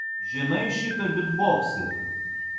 žinai šitą bytbokserį